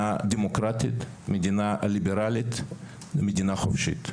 דמוקרטית ליברלית וחופשית.